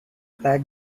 black